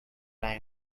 time